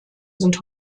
sind